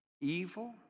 evil